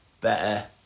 better